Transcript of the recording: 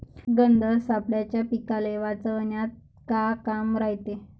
गंध सापळ्याचं पीकाले वाचवन्यात का काम रायते?